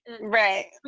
right